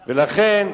ולכן,